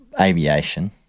aviation